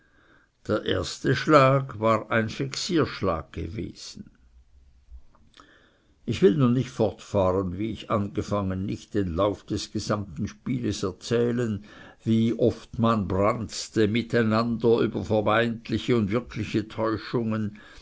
der erste schlag war ein vexierschlag gewesen ich will nun nicht fortfahren wie ich angefangen nicht den lauf des gesamten spiels erzählen wie oft man branzte miteinander über vermeintliche und wirkliche täuschungen